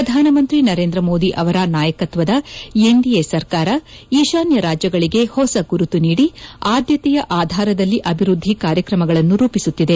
ಪ್ರಧಾನಮಂತ್ರಿ ನರೇಂದ್ರ ಮೋದಿ ಅವರ ನಾಯಕತ್ವದ ಎನ್ಡಿಎ ಸರ್ಕಾರ ಈಶಾನ್ಯ ರಾಜ್ಯಗಳಿಗೆ ಹೊಸ ಗುರುತು ನೀಡಿ ಆದ್ಯತೆಯ ಆಧಾರದಲ್ಲಿ ಅಭಿವ್ವದ್ದಿ ಕಾರ್ಯಕ್ರಮಗಳನ್ನು ರೂಪಿಸುತ್ತಿದೆ